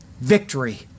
victory